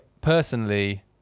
personally